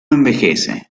envejece